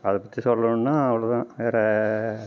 அதை பற்றி சொல்ணும்னா அவ்வளோ தான் வேற